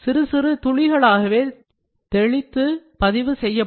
சிறு சிறு துளிகளாகவே தெளித்து பதிவு செய்யப்படும்